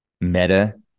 Meta